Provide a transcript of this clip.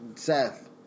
Seth